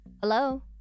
Hello